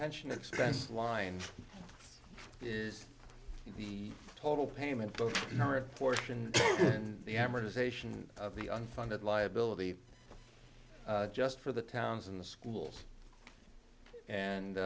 pension expense line is the total payment both portion and the amortization of the unfunded liability just for the towns in the schools and